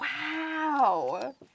Wow